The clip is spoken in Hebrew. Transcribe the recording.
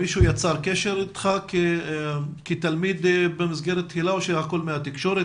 מישהו יצר קשר איתך כתלמיד במסגרת היל"ה או שהכול מהתקשורת?